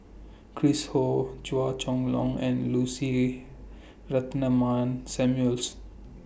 Chris Ho Chua Chong Long and Lucy Ratnammah Samuel's